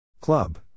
Club